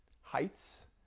heights